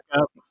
up